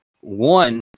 one